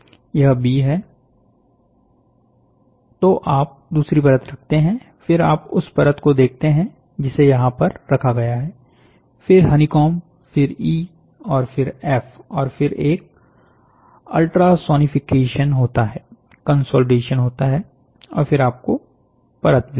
यह बी है तो आप दूसरी परत रखते हैं फिर आप उस परत को देखते हैं जिसे यहां पर रखा गया है फिर हनीकॉन्ब फिर ई और फिर एफ और फिर एक अल्ट्रासॉनिफिकेशन होता है कंसोलिडेशन होता है और फिर आपको परत मिलती है